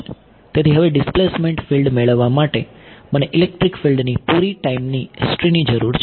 તેથી હવે displacement field મેળવવા માટે મને ઇલેક્ટ્રિક ફિલ્ડની પૂરી ટાઈમની હિસ્ટ્રીની જરૂર છે